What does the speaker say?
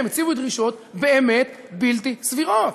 הם הציבו דרישות באמת בלתי סבירות.